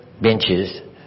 benches